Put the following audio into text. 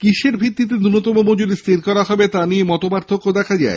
কিসের ভিত্তিতে নূন্যতম মজুরি স্হির করা হবে তা নিয়ে মত পার্থক্য দেখা গেছে